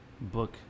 book